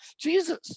Jesus